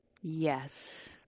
Yes